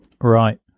right